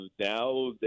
now